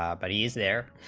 r but e's their